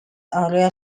area